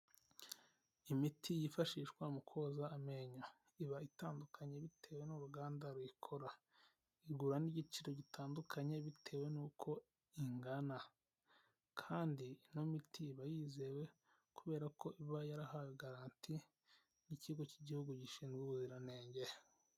Imiti yifashishwa mu koza amenyo iba itandukanye bitewe n'uruganda ruyikora igura n'igiciro gitandukanye bitewe n'uko ingana kandi ino miti iba yizewe kubera ko iba yarahawe garanti n'ikigo k'igihugu gishinzwe ubuziranenge.